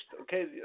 okay